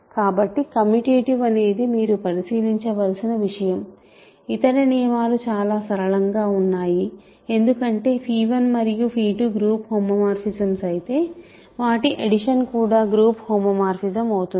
కాబట్టి కమ్యూటేటివ్ అనేది మీరు పరిశీలించవలసిన విషయం ఇతర నియమాలు చాలా సరళంగా ఉన్నాయి ఎందుకంటే 1 మరియు 2 గ్రూప్ హోమోమార్ఫిజమ్స్ అయితే వాటి అడిషన్ కూడా గ్రూప్ హోమోమార్ఫిజం అవుతుంది